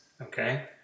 Okay